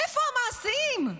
איפה המעשים?